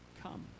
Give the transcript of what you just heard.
come